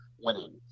winning